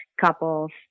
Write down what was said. couples